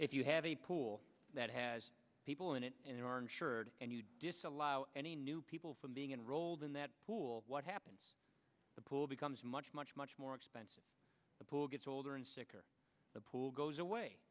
if you have a pool that has people in it and they are insured and you disallow any new people from being enrolled in that pool what happens the pool becomes much much much more expensive the pool gets older and sicker the pool goes away